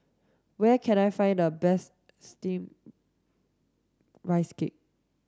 where can I find the best steamed rice cake